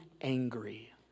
angry